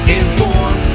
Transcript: inform